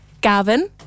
Gavin